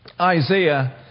Isaiah